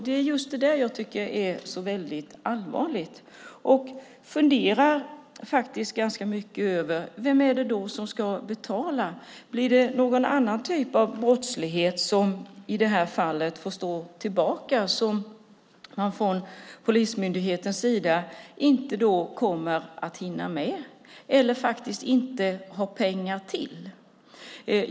Det är just detta som jag tycker är väldigt allvarligt, och jag funderar ganska mycket över vem det då är som ska betala. Blir det någon annan typ av brottsbekämpning som får stå tillbaka som man från polismyndighetens sida då inte kommer att hinna med eller inte har pengar till?